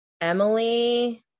Emily